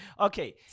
Okay